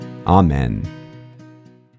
Amen